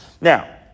Now